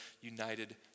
united